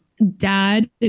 dad